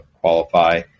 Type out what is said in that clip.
qualify